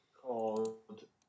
called